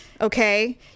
Okay